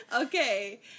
Okay